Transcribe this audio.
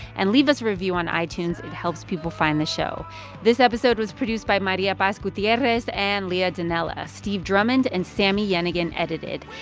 and leave us a review on itunes. it helps people find the show this episode was produced by maria paz gutierrez and leah donnella. steve drummond and sami yenigun edited.